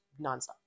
nonstop